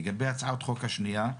לגבי הצעת החוק השנייה,